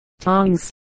tongs